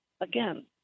Again